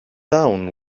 town